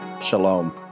shalom